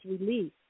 release